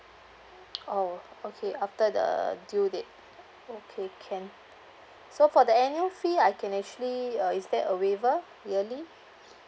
oh okay after the due date okay can so for the annual fee I can actually uh is there a waiver yearly